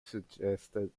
suggested